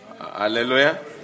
Hallelujah